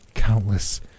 countless